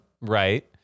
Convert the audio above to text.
right